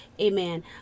amen